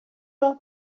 راه